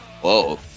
Whoa